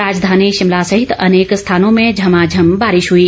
राजधानी शिमला सहित अनेक स्थानों में झमाझम बारिश हुई